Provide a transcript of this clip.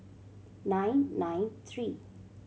nine nine three